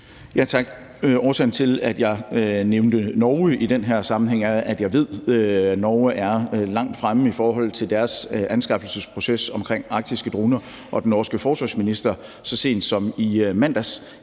Tak. Årsagen til, at jeg nævnte Norge i den her sammenhæng, er, at jeg ved, at Norge er langt fremme i forhold til deres anskaffelsesproces omkring arktiske droner, og at den norske forsvarsminister så sent som i mandags